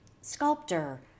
sculptor